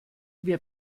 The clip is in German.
wer